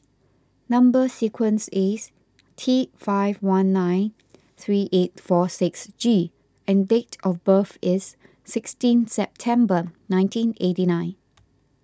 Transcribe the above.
Number Sequence is T five one nine three eight four six G and date of birth is sixteen September nineteen and eighty nine